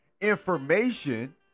information